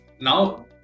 now